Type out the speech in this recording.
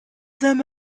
them